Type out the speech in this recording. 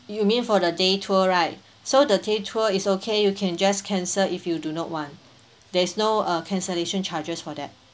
you mean for the day tour right so the day tour it's okay you can just cancel if you do not want there's no err cancellation charges for that